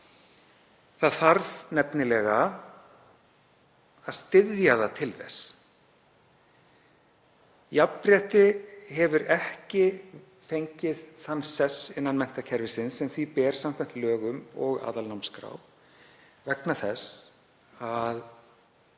Það þarf nefnilega að styðja það til þess. Jafnrétti hefur ekki fengið þann sess innan menntakerfisins sem því ber samkvæmt lögum og aðalnámskrá vegna þess að